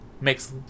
makes